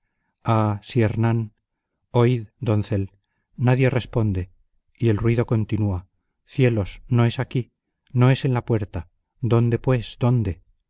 si hernán oíd doncel nadie responde y el ruido continua cielos no es aquí no es en la puerta dónde pues dónde